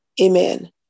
Amen